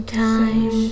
time